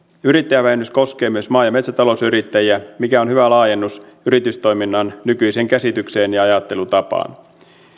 yrittäjävähennys koskee myös maa ja metsätalousyrittäjiä mikä on hyvä laajennus yritystoiminnan nykyiseen käsitykseen ja ajattelutapaan